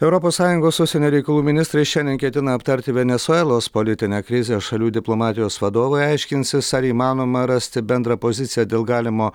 europos sąjungos užsienio reikalų ministrai šiandien ketina aptarti venesuelos politinę krizę šalių diplomatijos vadovai aiškinsis ar įmanoma rasti bendrą poziciją dėl galimo